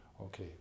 Okay